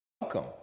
welcome